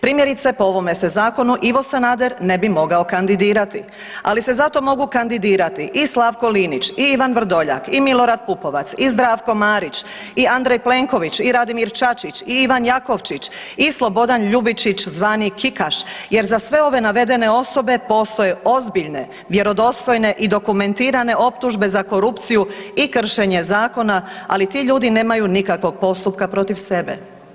Primjerice, po ovome se zakonu Ivo Sanader ne bi mogao kandidirati, ali se zato mogu kandidirati i Slavko Linić i Ivan Vrdoljak, i Milorad Pupovac, i Zdravo Marić, i Andrej Plenković, i Radimir Čačić, i Ivan Jakovčić, i Slobodan Ljubičić zvani Kikaš jer za sve ove navedene osobe postoje ozbiljne, vjerodostojne i dokumentirane optužbe za korupciju i kršenje zakona, ali ti ljudi nemaju nikakvog postupka protiv sebe.